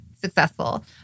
successful